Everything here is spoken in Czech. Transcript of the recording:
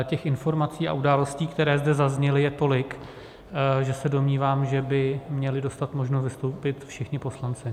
Těch informací a událostí, které zde zazněly, je tolik, že se domnívám, že by měli dostat možnost vystoupit všichni poslanci.